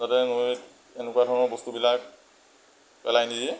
যাতে নৈত এনেকুৱা ধৰণৰ বস্তুবিলাক পেলাই নিদিয়ে